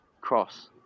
cross